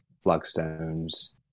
flagstones